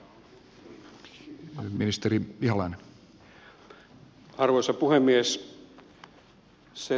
arvoisa puhemies